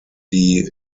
die